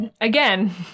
again